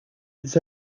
its